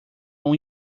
uma